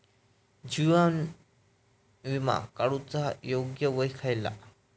जीवन विमा काडूचा योग्य वय खयला?